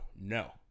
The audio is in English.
no